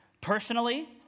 personally